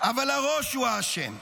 אבל הראש הוא האשם.